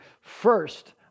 First